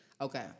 Okay